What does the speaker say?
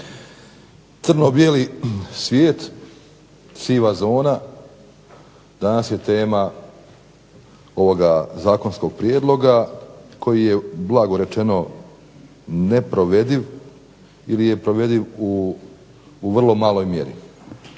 Crno-bijeli svijet, siva zona, danas je tema ovoga zakonskog prijedloga koji je blago rečeno neprovediv ili je provediv u vrlo maloj mjeri.